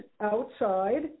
outside